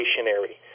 stationary